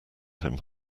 him